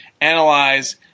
analyze –